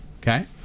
Okay